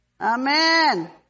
Amen